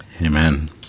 Amen